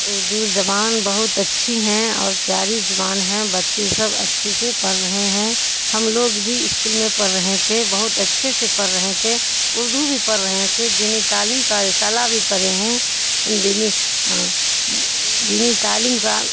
اردو جبان بہت اچھی ہیں اور پیاری زبان ہیں بچے سب اچھے سے پڑھ رہے ہیں ہم لوگ بھی اسکول میں پڑھ رہے تھے بہت اچھے سے پڑھ رہے تھے اردو بھی پڑھ رہے تھے دینی تعلیم کا رسالہ بھی پڑھے ہیں دینی دینی تعلیم کا